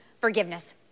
forgiveness